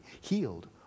healed